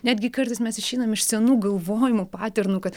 netgi kartais mes išeinam iš senų galvojimų paternų kad